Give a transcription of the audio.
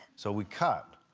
so we cut,